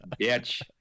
bitch